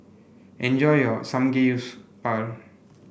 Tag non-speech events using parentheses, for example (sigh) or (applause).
enjoy your (unintelligible)